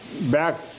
back